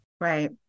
Right